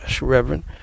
Reverend